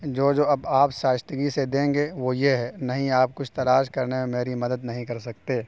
جو جو اب آپ شائستگی سے دیں گے وہ یہ ہے نہیں آپ کچھ تلاش کرنے میں میری مدد نہیں کر سکتے